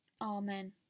Amen